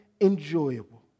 enjoyable